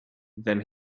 then